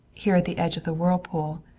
here at the edge of the whirlpool,